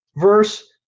Verse